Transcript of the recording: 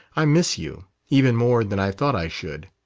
i miss you even more than i thought i should.